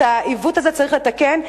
את העיוות הזה צריך לתקן,